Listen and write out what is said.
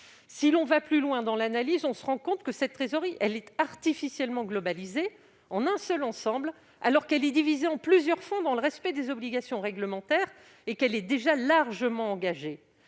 Si l'on pousse plus loin l'analyse, on se rend compte que cette trésorerie a été artificiellement consolidée en un seul ensemble, alors qu'elle est divisée en plusieurs fonds, dans le respect des obligations réglementaires, et qu'elle était déjà largement engagée.